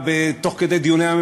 כמה עלוב הכול.